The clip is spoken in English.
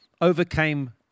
overcame